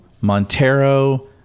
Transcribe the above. Montero